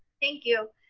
thank you,